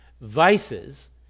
vices